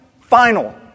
final